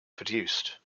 produced